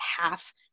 half